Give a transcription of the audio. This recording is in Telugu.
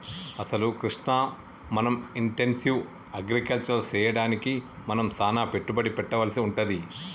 అసలు కృష్ణ మనం ఇంటెన్సివ్ అగ్రికల్చర్ సెయ్యడానికి మనం సానా పెట్టుబడి పెట్టవలసి వుంటది